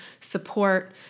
support